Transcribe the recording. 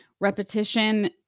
repetition